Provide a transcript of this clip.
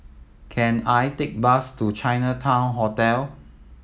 can I take bus to Chinatown Hotel